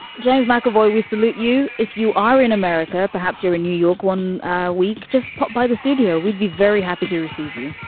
james mcavoy, we salute you if you are in america, perhaps you're in new york one week. just pop by the studio. we'd be very happy to receive you.